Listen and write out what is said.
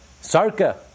Sarka